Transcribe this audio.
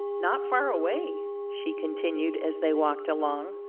not far away, she continued as they walked along,